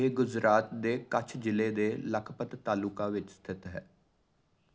ਇਹ ਗੁਜਰਾਤ ਦੇ ਕੱਛ ਜ਼ਿਲ੍ਹੇ ਦੇ ਲਖਪਤ ਤਾਲੁਕਾ ਵਿੱਚ ਸਥਿਤ ਹੈ